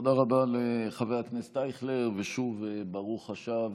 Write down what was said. תודה רבה לחבר הכנסת אייכלר, ושוב, ברוך השב